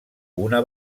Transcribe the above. una